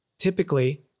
typically